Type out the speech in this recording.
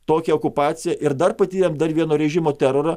tokią okupaciją ir dar patyrėme dar vieno režimo terorą